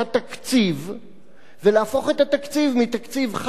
המדינה ולהפוך את התקציב מתקציב חד-שנתי לדו-שנתי,